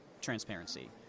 transparency